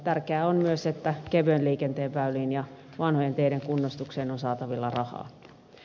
tärkeää on myös että kevyen liikenteen väyliin ja vanhojen teiden kunnostukseen on saatavilla rahaa